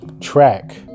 track